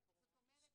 זאת אומרת,